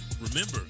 Remember